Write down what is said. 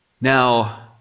Now